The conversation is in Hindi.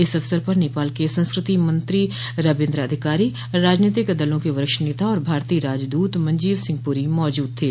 इस अवसर पर नेपाल के संस्कृति मंत्री रबिन्द्र अधिकारी राजनीतिक दलों के वरिष्ठ नेता और भारतीय राजदूत मंजीव सिंह पुरी मौजूद थे